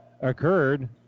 occurred